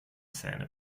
zähne